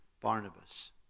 Barnabas